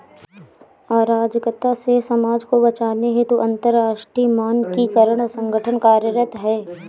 अराजकता से समाज को बचाने हेतु अंतरराष्ट्रीय मानकीकरण संगठन कार्यरत है